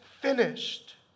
finished